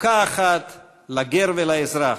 חוקה אחת לגר ולאזרח,